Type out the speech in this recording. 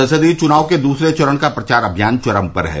संसदीय चुनाव के दूसरे चरण का प्रचार अभियान चरम पर है